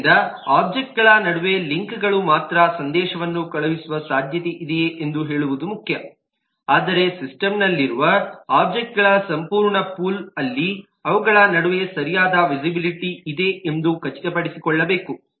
ಆದ್ದರಿಂದ ಒಬ್ಜೆಕ್ಟ್ಗಳ ನಡುವೆ ಲಿಂಕ್ಗಳು ಮಾತ್ರ ಸಂದೇಶವನ್ನು ಕಳುಹಿಸುವ ಸಾಧ್ಯತೆಯಿದೆಯೇ ಎಂದು ಹೇಳುವುದು ಮುಖ್ಯ ಆದರೆ ಸಿಸ್ಟಮ್ನಲ್ಲಿರುವ ಒಬ್ಜೆಕ್ಟ್ಗಳ ಸಂಪೂರ್ಣ ಪೂಲ್ ಅಲ್ಲಿ ಅವುಗಳ ನಡುವೆ ಸರಿಯಾದ ವೀಸಿಬಿಲಿಟಿ ಇದೆ ಎಂದು ಖಚಿತಪಡಿಸಿಕೊಳ್ಳಬೇಕು